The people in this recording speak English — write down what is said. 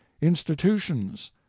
institutions